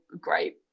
great